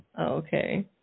Okay